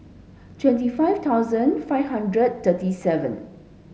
twenty five thousand five hundred thirty seven